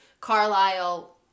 carlisle